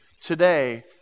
today